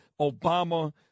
Obama